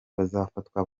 bazafatwa